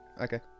Okay